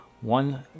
one